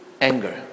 anger